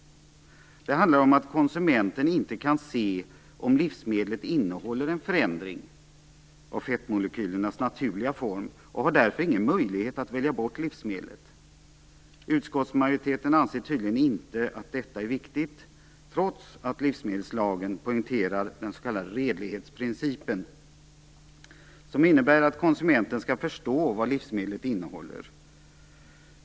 Det handlar om att konsumenten inte kan se om livsmedlet innehåller en förändring av fettmolekylernas naturliga form och har därför ingen möjlighet att välja bort livsmedlet. Utskottsmajoriteten anser tydligen inte att detta är viktigt, trots att livsmedelslagen poängterar den s.k. redlighetsprincipen, som innebär att konsumenten skall förstå vad livsmedlet innehåller.